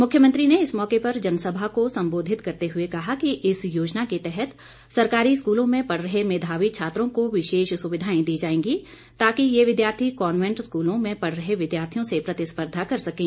मुख्यमंत्री ने इस मौके पर जनसभा को सम्बोधित करते हुए कहा कि इस इस योजना के तहत सरकारी स्कूलों में पढ़ रहे मेधावी छात्रों को विशेष सुविधाएं दी जाएंगी ताकि ये विद्यार्थी कॉन्वेंट स्कूलों में पढ़ रहे विद्यार्थियों से प्रतिस्पर्धा कर सकें